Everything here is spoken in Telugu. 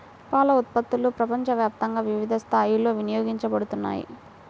పాల ఉత్పత్తులు ప్రపంచవ్యాప్తంగా వివిధ స్థాయిలలో వినియోగించబడుతున్నాయి